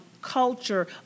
Culture